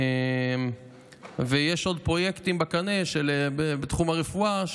יש עוד פרויקטים בקנה בתחום הרפואה,